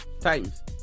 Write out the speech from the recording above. Titans